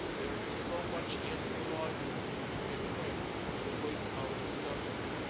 there is so much in the library in print that awaits our discovery.